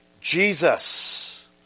Jesus